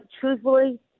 truthfully